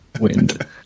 wind